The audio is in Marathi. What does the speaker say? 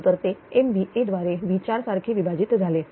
नंतर ते MVA द्वारे V4सारखे विभाजित झाले